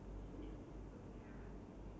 can you repeat the question again